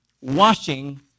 washing